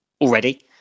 already